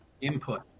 input